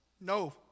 No